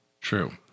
True